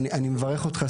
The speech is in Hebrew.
אני מברך אותך,